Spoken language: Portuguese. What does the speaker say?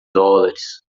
dólares